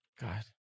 God